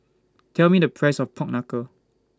Tell Me The Price of Pork Knuckle